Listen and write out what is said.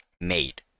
made